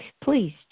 Please